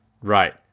right